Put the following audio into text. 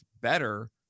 better